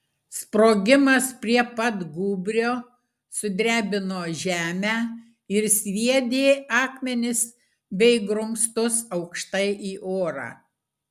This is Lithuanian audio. sprogimas prie pat gūbrio sudrebino žemę ir sviedė akmenis bei grumstus aukštai į orą